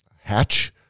hatch